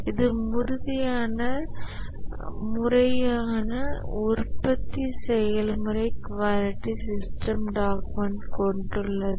இது முறையான உற்பத்தி செயல்முறை குவாலிட்டி சிஸ்டம் டாக்குமெண்ட் கொண்டுள்ளது